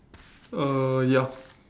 uh ya